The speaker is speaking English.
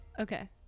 Okay